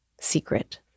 Secret